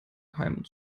keimen